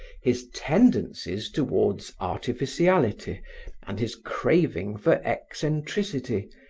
his tendencies towards artificiality and his craving for eccentricity,